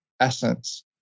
essence